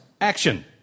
Action